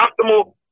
optimal